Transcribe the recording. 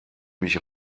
mich